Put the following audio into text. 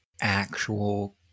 actual